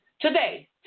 Today